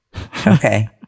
Okay